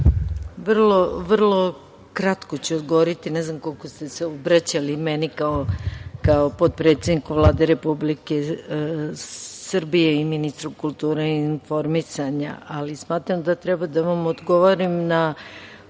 Vrlo kratko ću odgovoriti. Ne znam koliko ste se obraćali meni kao potpredsedniku Vlade Republike Srbije i ministru kulture i informisanja. Smatram da treba da vam odgovorim na